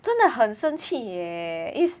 真的很生气 leh is